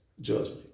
Judgment